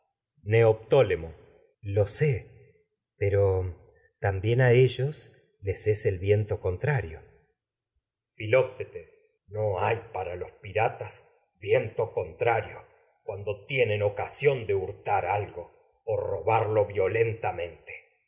lo sé pero también a ellos les es el contrario filoctetes rio no hay para los piratas viento contra de hurtar cuando tienen ocasión algo o robarlo